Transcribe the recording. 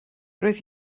roedd